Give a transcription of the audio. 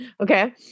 Okay